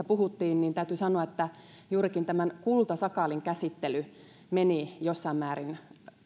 puhuttiin niin täytyy sanoa että juurikin tämän kultasakaalin käsittely meni jossain määrin